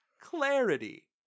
clarity